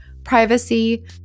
privacy